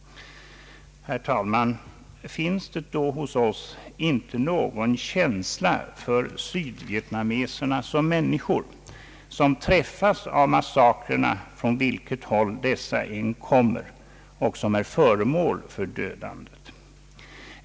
Herr talman! Finns det då hos oss inte någon känsla för sydvietnameserna som människor som träffas av massakrerna från vilket håll dessa än kommer och som är föremål för dödandet?